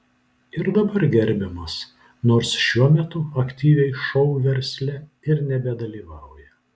ir dabar gerbiamas nors šiuo metu aktyviai šou versle ir nebedalyvauja